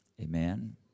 Amen